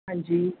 ਹਾਂਜੀ